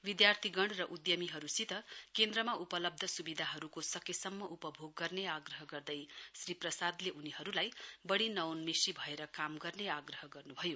विधार्थीगण र उधमीहरूसित केन्द्रमा उपलब्ध स्विधाहरूको सकेसम्म उपभोग गर्ने आग्रह गर्दै श्री प्रसादले उनीहरूलाई बढ़ी नवोन्मेषी अएर काम गर्ने आग्रह गर्नुभयो